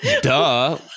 Duh